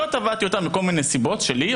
לא תבעתי אותם מסיבות שלי.